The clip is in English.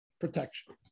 protection